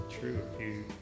true